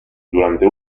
durante